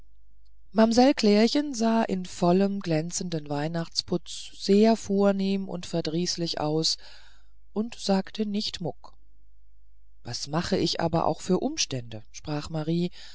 mamsell klärchen sah in vollem glänzenden weihnachtsputz sehr vornehm und verdrießlich aus und sagte nicht muck was mache ich aber auch für umstände sprach marie